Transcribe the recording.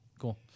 Cool